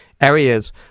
areas